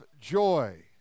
joy